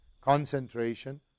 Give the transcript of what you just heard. concentration